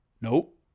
Nope